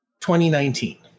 2019